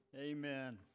Amen